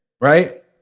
right